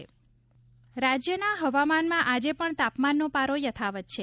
હવામાન રાજ્યના હવામાનમાં આજે પણ તાપમાનનો પારો યથાવત છે